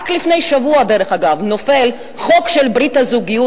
דרך אגב, רק לפני שבוע נופל חוק של ברית הזוגיות.